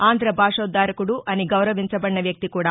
ఆంధ్ర భాషోద్గారకుడు అని గౌరవించబడిన వ్యక్తి కూడా